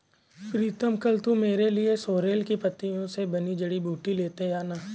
प्रीतम कल तू मेरे लिए सोरेल की पत्तियों से बनी जड़ी बूटी लेते आना